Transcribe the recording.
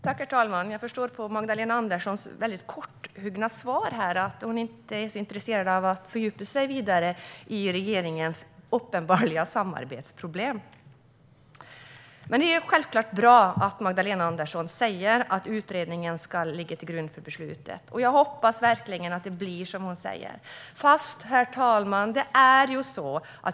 Herr talman! Jag förstår på Magdalena Anderssons väldigt korthuggna svar att hon inte är så intresserad av att fördjupa sig vidare i regeringens uppenbara samarbetsproblem. Men det är självklart bra att Magdalena Andersson säger att utredningen ska ligga till grund för beslutet. Jag hoppas verkligen att det blir som hon säger. Herr talman!